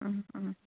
ꯎꯝ ꯎꯝ